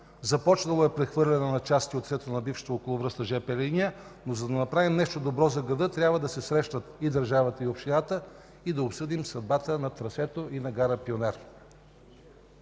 Започнало е прехвърляне на части в лицето на бившата околовръстна жп линия, но за да направим нещо добро за града, трябва да се срещнат държавата и общината и да обсъдим съдбата на трасето и на гара Пионер.